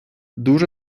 дуже